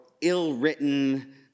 ill-written